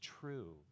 true